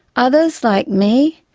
others, like me,